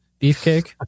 Beefcake